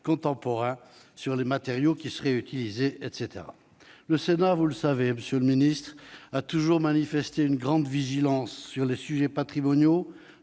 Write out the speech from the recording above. », les matériaux qui seraient utilisés, etc. Le Sénat, vous le savez, monsieur le ministre, a toujours manifesté une grande vigilance sur les sujets patrimoniaux,